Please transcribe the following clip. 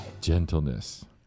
Gentleness